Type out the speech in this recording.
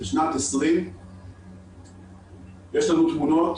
בשנת 2020. יש לנו תמונות